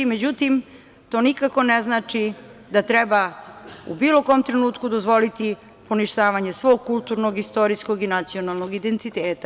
Međutim, to nikako ne znači da treba u bilo kom trenutku dozvoliti poništavanje svog kulturnog, istorijskog i nacionalnog identiteta.